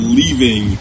leaving